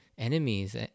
enemies